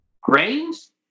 grains